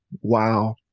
Wow